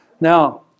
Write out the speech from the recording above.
Now